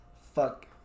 Fuck